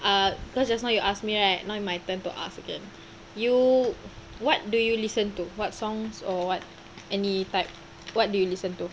err because just now you ask me right now my turn to ask again you what do you listen to what songs or what any type what do you listen to